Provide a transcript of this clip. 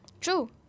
True